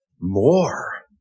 more